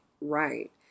right